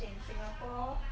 !wow!